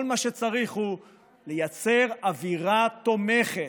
כל מה שצריך הוא לייצר אווירה תומכת.